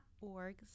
org